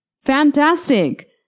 Fantastic